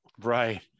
right